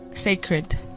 Sacred